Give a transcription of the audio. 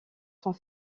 sont